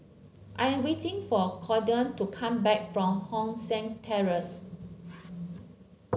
I am waiting for Cordie to come back from Hong San Terrace